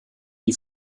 die